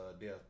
death